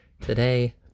today